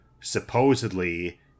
supposedly